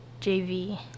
JV